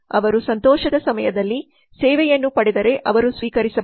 ಅವರು ಸಂತೋಷದ ಸಮಯದಲ್ಲಿ ಸೇವೆಯನ್ನು ಪಡೆದರೆ ಅವರು ಸ್ವೀಕರಿಸಬಹುದು